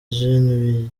gen